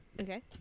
Okay